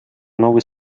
новый